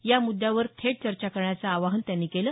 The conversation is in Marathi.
या मुद्यावर थेट चर्चा करण्याचं आवाहन त्यांनी केलं